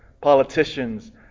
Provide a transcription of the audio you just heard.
politicians